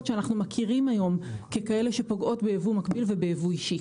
שאנחנו מכירים היום ככאלו שפוגעות בייבוא מקביל ובייבוא אישי.